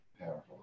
Powerful